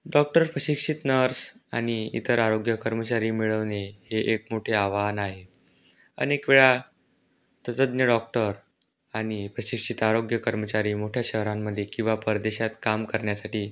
doctor प्रशिक्षित nurse आणि इतर आरोग्य कर्मचारी मिळवणे हे एक मोठे आव्हान आहे अनेक वेळा तज्ज्ञ डॉक्टर आणि प्रशिक्षित आरोग्य कर्मचारी मोठ्या शहरांमध्ये किंवा परदेशात काम करण्यासाठी